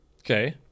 Okay